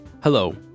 Hello